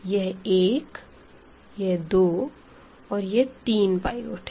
यह एक यह दो और यह तीन पाइवट है